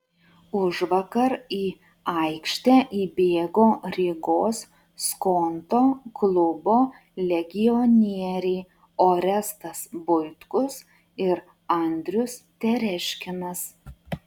užvakar į aikštę įbėgo rygos skonto klubo legionieriai orestas buitkus ir andrius tereškinas